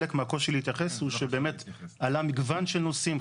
חלק מהקושי להתייחס הוא שבאמת עלה מגוון של נושאים.